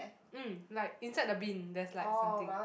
mm like inside the bin there is like something